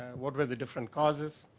what were the different causes.